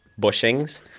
bushings